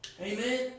Amen